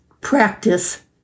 Practice